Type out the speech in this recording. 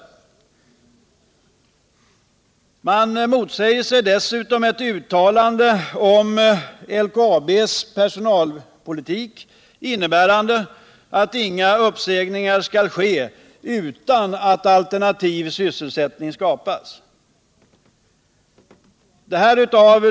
Den motsätter sig dessutom ett uttalande om LKAB:s personalpolitik innebärande att inga uppsägningar skall ske utan att alternativ sysselsättning skapas.